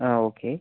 ആ ഓക്കെ